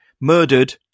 murdered